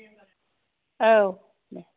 औ दे